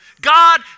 God